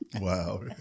Wow